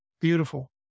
Beautiful